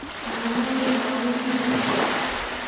ᱢᱳᱢᱳ chowmein